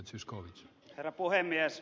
herra puhemies